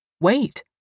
Wait